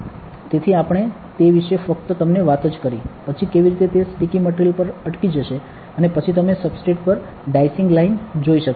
તેથી આપણે તે વિશે ફક્ત તમને વાત જ કરી પછી કેવી રીતે તે સ્ટીકી મટિરિયલ પર અટકી જશે અને પછી તમે સબસ્ટ્રેટ પર ડાઇસીંગ લાઇન જોઇ શકશો